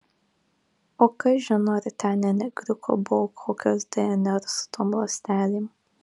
o kas žino ar ten ne negriuko buvo kokios dnr su tom ląstelėm